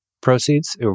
proceeds